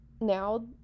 now